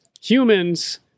humans